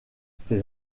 ses